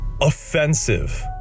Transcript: offensive